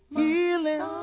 healing